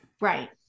right